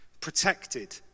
Protected